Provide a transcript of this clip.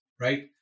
right